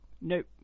Nope